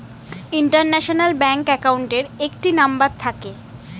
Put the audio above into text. international bank অ্যাকাউন্টের একটি number থাকে